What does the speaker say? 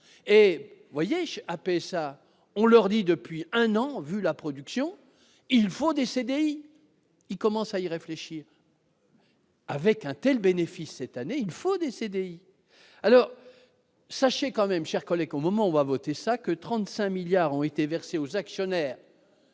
et voyez, après ça, on leur dit depuis un an, vu la production, il faut des CDI, il commence à y réfléchir. Avec Intel bénéfice cette année, il faut des CDI alors sachez quand même chère collègue comme au Mans, on va voter ça que 35 milliards ont été versés aux actionnaires